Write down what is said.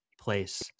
place